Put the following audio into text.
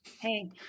Hey